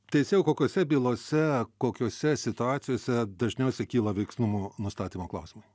teisėjau kokiose bylose kokiose situacijose dažniausiai kyla veiksnumo nustatymo klausimai